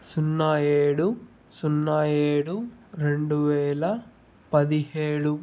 సున్నా ఏడు సున్నా ఏడు రెండు వేల పదిహేడు